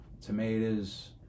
tomatoes